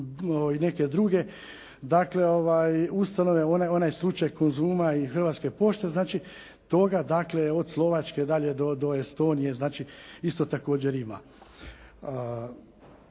neke druge ustanove. Onaj slučaj "Konzuma" i "Hrvatske pošte" toga dakle od Slovačke do Estonije isto također ima.